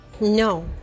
No